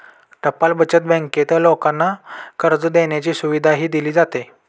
टपाल बचत बँकेत लोकांना कर्ज देण्याची सुविधाही दिली जाते